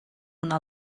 una